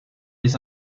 les